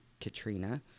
Katrina